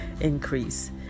increase